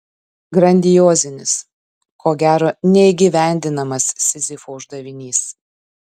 grandiozinis ko gero neįgyvendinamas sizifo uždavinys